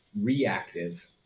reactive